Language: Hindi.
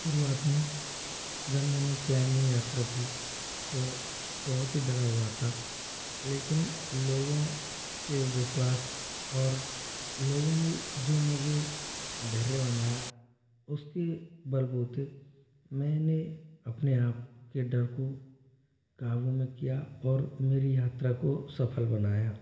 शुरुआत में जब मैंने क्लाइंबिंग यात्रा की तो बहुत ही डरा हुआ था लेकिन लोगों के विश्वास और लोगों ने जो मुझे धैर्य बनाया उसके बलबूते मैंने अपने आप के डर को काबू में किया और मेरी यात्रा को सफल बनाया